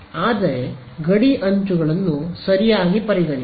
ಆದರೆ ಗಡಿ ಅಂಚುಗಳನ್ನು ಸರಿಯಾಗಿ ಪರಿಗಣಿಸಿ